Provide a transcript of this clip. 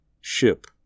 Ship